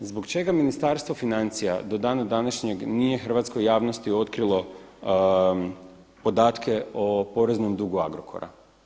Zbog čega Ministarstvo financija do dana današnjeg nije hrvatskoj javnosti otkrilo podatke o poreznom dugu Agrokora?